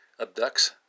abducts